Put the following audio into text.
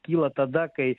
kyla tada kai